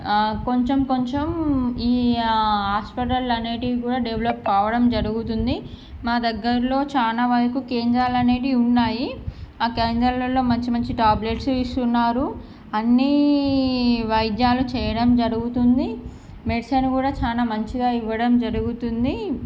కొంచం కొంచం ఈ హాస్పిటల్ అనేవి కూడా డెవలప్ కావడం జరుగుతుంది మా దగ్గరలో చాల వరకు కేంద్రాలు అనేవి ఉన్నాయి ఆ కేంద్రాలలో మంచి మంచి ట్యాబ్లెట్సు ఇస్తున్నారు అన్నీ వైద్యాలు చేయడం జరుగుతుంది మెడిసిన్ కూడా చాల మంచిగా ఇవ్వడం జరుగుతుంది